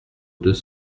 deux